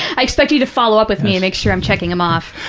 i expect you to follow up with me and make sure i'm checking them off.